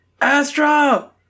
Astra